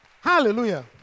Hallelujah